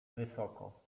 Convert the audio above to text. wysoko